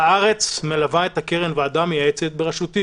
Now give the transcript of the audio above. בארץ מלווה את הקרן ועדה מייעצת בראשותי